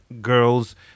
girls